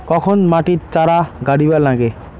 কখন মাটিত চারা গাড়িবা নাগে?